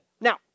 Now